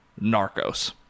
Narcos